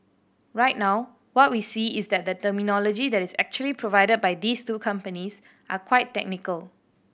right now what we see is that the terminology that is actually provided by these two companies are quite technical